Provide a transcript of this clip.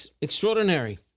Extraordinary